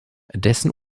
dessen